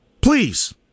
please